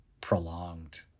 prolonged